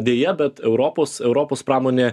deja bet europos europos pramonė